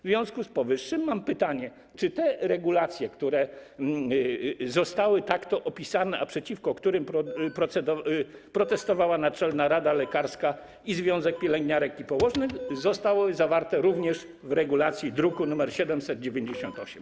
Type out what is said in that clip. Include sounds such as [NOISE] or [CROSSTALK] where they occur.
W związku z powyższym mam pytanie: Czy te regulacje, które zostały tak opisane, a przeciwko którym [NOISE] protestowały Naczelna Rada Lekarska i związek pielęgniarek i położnych, zostały zawarte również w regulacji z druku nr 798?